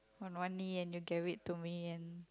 on one knee and you gave it to me and